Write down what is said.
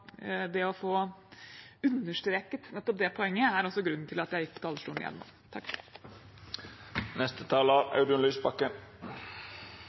Det å få understreket nettopp det poenget er grunnen til at jeg gikk på talerstolen